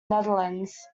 netherlands